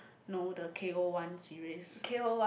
know the K_O one series